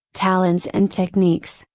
talents and techniques,